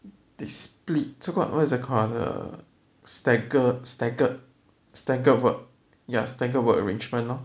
they split so called what is that called the staggered staggered staggered work ya staggered work arrangement lor